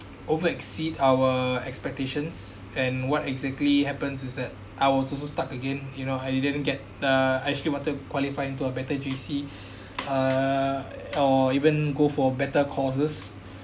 over exceed our expectations and what exactly happens is that I was also stuck again you know I didn't get uh I actually wanted qualifying to a better J_C uh or even go for better courses